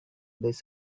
this